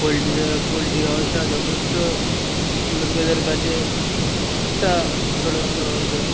পোলট্রিতা poultry ব্যবসা যথেষ্ট লোকেদের কাছে একটা ছোটখাটো ব্যবসা